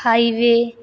highway